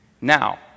Now